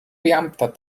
beamter